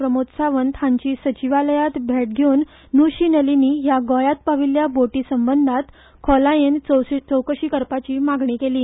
प्रमोद सावंत हांची सचिवालयांत भेट घेवन नू शी नलिनी ह्या गोंयांत पाविल्ल्या बोटी संबंदांत खोलायेन चवकशी करपाची मागणी केली